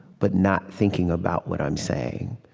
but not thinking about what i'm saying.